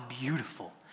beautiful